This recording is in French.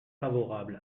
favorable